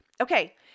Okay